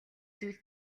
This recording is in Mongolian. зүйл